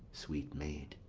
sweet maid,